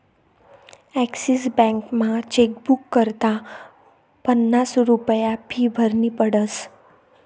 Axis बॅकमा chequebook करता पन्नास रुप्या फी भरनी पडस